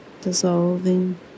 dissolving